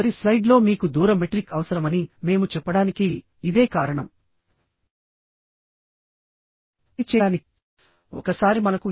ఎక్కడైతే ఫటిగ్ ఉంటుందో అక్కడ రెసిడ్యూయల్ స్ట్రెస్స్ ని కూడా పరిగణలోకి తీసుకోవాలి